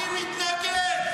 אני מתנגד.